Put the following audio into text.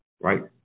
right